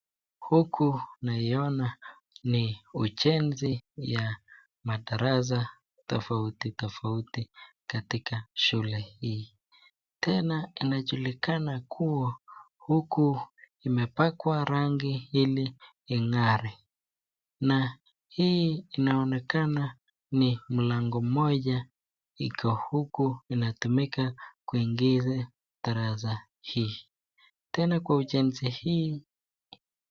Huku naiona ni ujenzi ya madarasa tofauti tofauti katika shule hii tena inajulikana kuwa huku imepakwa rangi ili ing'are na hii inaonekana ni mlango moja iko huku inatumika kuingia darasa hii.